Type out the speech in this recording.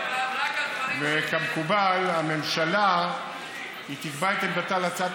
וכמקובל הממשלה תקבע את עמדתה בהצעת